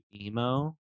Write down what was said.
Emo